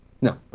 No